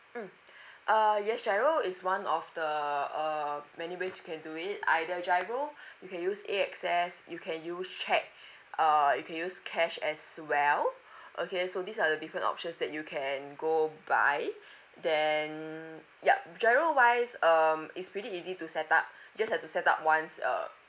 mm uh yes giro is one of the uh many ways you can do it either giro you can use A_S_X you can use cheque uh you can use cash as well okay so these are the different options that you can go by then yup giro wise um it's pretty easy to set up just have to set up once uh